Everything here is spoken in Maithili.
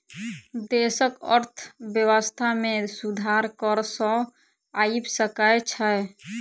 देशक अर्थव्यवस्था में सुधार कर सॅ आइब सकै छै